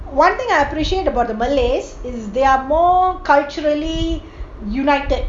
one thing I appreciate about the malays is they are more culturally united